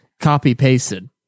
copy-pasted